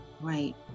right